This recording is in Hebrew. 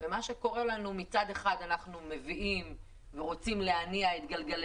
ומה שקורה לנו זה שמצד אחד אנחנו רוצים להניע את גלגלי